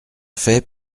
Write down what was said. fais